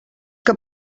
que